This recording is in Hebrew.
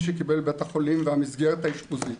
שהוא קיבל בבית החולים והמסגרת האשפוזית.